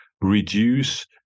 reduce